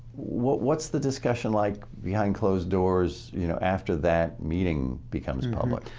what's the discussion like behind closed doors, you know, after that meeting becomes public?